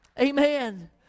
Amen